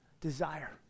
desire